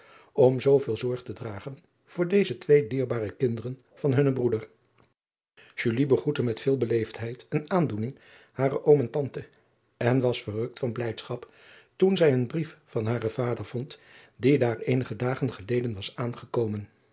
om zooveel zorge te dragen voor deze twee dierbare kinderen van hunnen broeder begroette met veel beleefdheid en aandoening haren om en ante en was verrukt van blijdschap toen zij een brief van haren vader vond die daar eenige dagen geleden was